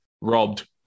robbed